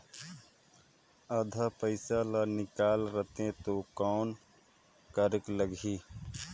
आधा पइसा ला निकाल रतें तो कौन करेके लगही?